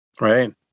Right